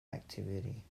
activity